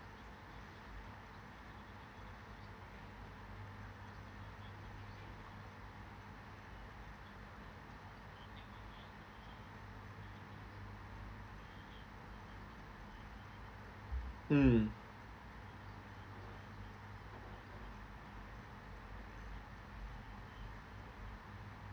mm